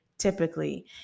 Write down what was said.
typically